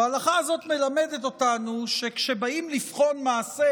ההלכה הזאת מלמדת אותנו שכשבאים לבחון מעשה